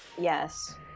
Yes